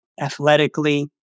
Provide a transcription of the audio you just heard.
athletically